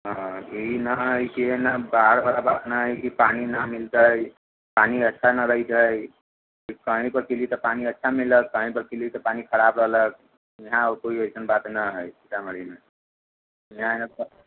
हँ ई नहि हय कि एना बाहर बला बात नहि हय कि पानि नहि मिलतै पानि अच्छा नहि रहै छै कहि पर पीली तऽ पानि अच्छा मिलत कहि पर पीली तऽ पानि खराब रहलक इहाँ कोइ ऐसन बात नहि हय सीतामढ़ीमे इहाँ पर